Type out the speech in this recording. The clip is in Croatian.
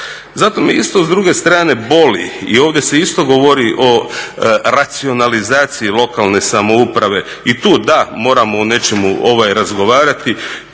Zato me isto s druge strane boli, i ovdje se isto govori o racionalizaciji lokalne samouprave. I tu da, moramo o nečemu razgovarati.